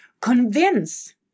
convince